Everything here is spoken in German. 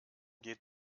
geht